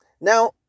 now